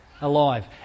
alive